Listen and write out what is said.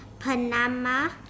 Panama